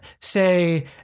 say